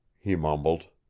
he mumbled.